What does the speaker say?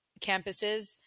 campuses